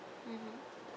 mmhmm